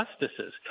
justices